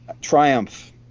Triumph